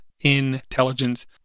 intelligence